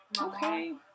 Okay